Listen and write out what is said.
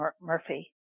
Murphy